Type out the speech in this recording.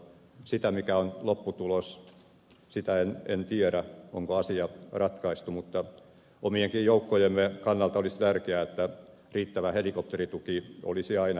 sitä mikä on lopputulos onko asia ratkaistu en tiedä mutta omienkin joukkojemme kannalta olisi tärkeää että riittävä helikopterituki olisi aina käytettävissä